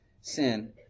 sin